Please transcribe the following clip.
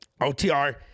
otr